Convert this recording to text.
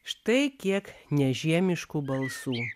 štai kiek nežiemiškų balsų